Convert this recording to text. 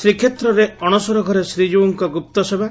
ଶ୍ରୀକ୍ଷେତ୍ରରେ ଅଣସରଘରେ ଶ୍ରୀଜୀଉଙ୍କ ଗୁପ୍ତସେବା